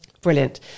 Brilliant